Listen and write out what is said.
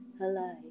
alive